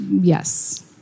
Yes